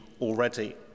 already